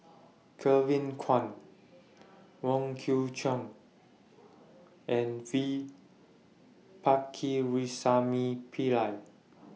Kevin Kwan Wong Kwei Cheong and V Pakirisamy Pillai